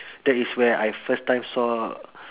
that is where I first time saw